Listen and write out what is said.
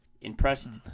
impressed